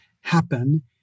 happen